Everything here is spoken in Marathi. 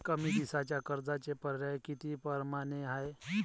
कमी दिसाच्या कर्जाचे पर्याय किती परमाने हाय?